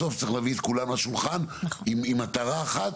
בסוף צריך להביא את כולם לשולחן עם מטרה אחת.